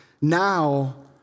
Now